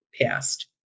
passed